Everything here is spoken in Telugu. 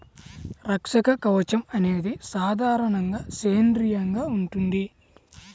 రక్షక కవచం అనేది సాధారణంగా సేంద్రీయంగా ఉంటుంది